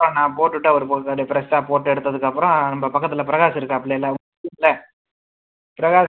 நான் போட்டுட்டு அவரு அப்படே ஃப்ரெஷ்ஷாக போட்டு எடுத்ததுக்கப்புறம் நம்ப பக்கத்தில் பிரகாஷ் இருக்காப்லே பிரகாஷ்